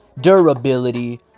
Durability